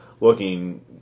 looking